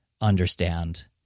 understand